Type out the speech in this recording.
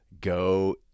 go